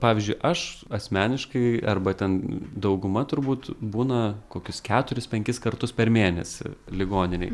pavyzdžiui aš asmeniškai arba ten dauguma turbūt būna kokius keturis penkis kartus per mėnesį ligoninėj